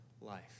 life